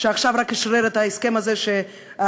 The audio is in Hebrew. שעכשיו רק אשרר את ההסכם הזה שאנחנו